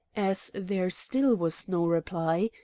as there still was no reply,